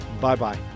Bye-bye